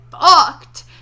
fucked